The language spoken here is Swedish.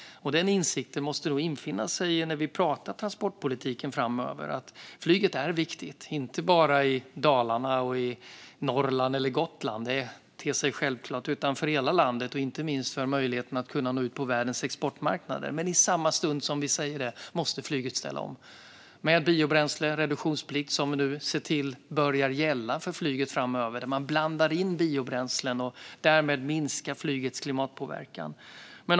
Den insikten måste nog infinna sig när vi pratar transportpolitik framöver. Flyget är viktigt, inte bara i Dalarna, i Norrland eller på Gotland utan för hela landet och inte minst för möjligheten att nå ut på världens exportmarknader. Men i samma stund som vi säger detta menar vi också att flyget måste ställa om, med biobränsle och med reduktionsplikt, som vi nu ser till börjar gälla för flyget framöver. Man blandar in biobränslen och minskar därmed flygets klimatpåverkan.